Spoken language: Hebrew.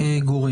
אדוני.